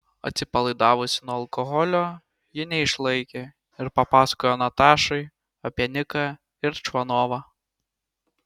atsipalaidavusi nuo alkoholio ji neišlaikė ir papasakojo natašai apie niką ir čvanovą